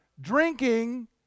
drinking